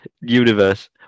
universe